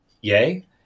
Yay